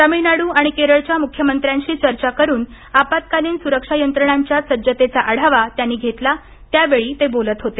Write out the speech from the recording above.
तमिळनाडू आणि केरळच्या मुख्यमंत्र्यांशी चर्चा करून आपत्कालीन सुरक्षा यंत्रणांच्या सज्जतेचा आढावा घेतला त्यावेळी ते बोलत होते